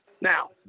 Now